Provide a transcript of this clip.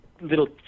little